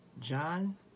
John